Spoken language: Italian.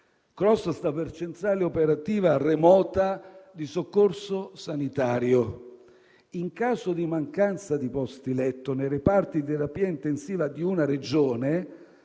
CROSS sta per Centrale remota operazioni di soccorso sanitario: in caso di mancanza di posti letto nei reparti di terapia intensiva di una Regione,